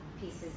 pieces